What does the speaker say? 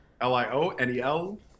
L-I-O-N-E-L